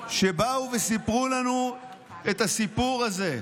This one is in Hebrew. באו וסיפרו לנו את הסיפור הזה,